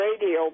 radio